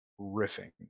riffing